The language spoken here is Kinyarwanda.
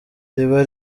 riba